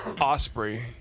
Osprey